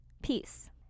peace